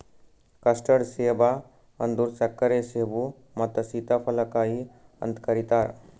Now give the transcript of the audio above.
custard ಸೇಬ ಅಂದುರ್ ಸಕ್ಕರೆ ಸೇಬು ಮತ್ತ ಸೀತಾಫಲ ಕಾಯಿ ಅಂತ್ ಕರಿತಾರ್